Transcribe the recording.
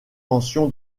mention